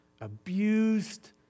abused